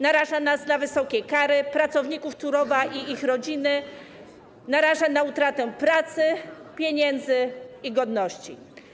Naraża nas na wysokie kary, pracowników Turowa i ich rodziny naraża na utratę pracy, pieniędzy i godności.